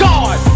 God